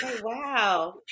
Wow